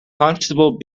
constable